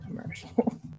commercial